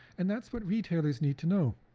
and that's what retailers need to know.